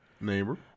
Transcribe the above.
Neighbor